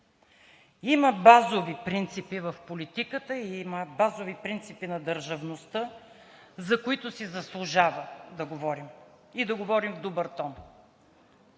Има базови принципи в политиката, има базови принципи на държавността, за които си заслужава да говорим, и да говорим в добър тон.